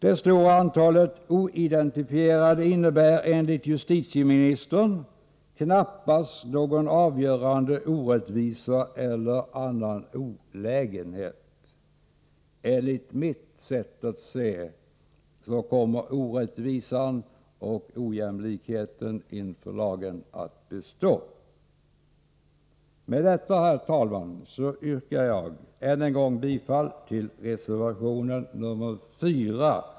Det stora antalet oidentifierade innebär — enligt justitieministern — knappast någon avgörande orättvisa eller annan olägenhet. Enligt mitt sätt att se kommer orättvisan och ojämlikheten inför lagen att bestå. Med detta, herr talman, yrkar jag än en gång bifall till reservation nr 4.